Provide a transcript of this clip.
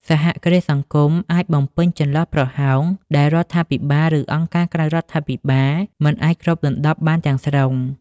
សហគ្រាសសង្គមអាចបំពេញចន្លោះប្រហោងដែលរដ្ឋាភិបាល ឬអង្គការក្រៅរដ្ឋាភិបាលមិនអាចគ្របដណ្តប់បានទាំងស្រុង ។